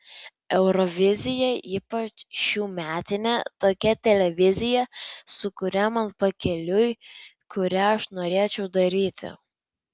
eurovizija ypač šiųmetinė tokia televizija su kuria man pakeliui kurią aš norėčiau daryti